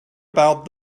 about